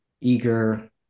eager